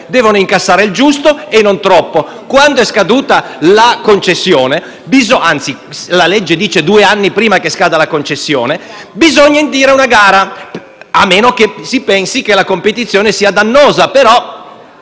Devono incassare il giusto e non troppo, e quando è scaduta la concessione - anzi, la legge dice due anni prima che scada la concessione - bisogna indire una gara, a meno che non si pensi che la competizione sia dannosa;